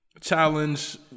challenge